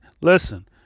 Listen